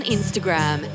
Instagram